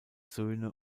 söhne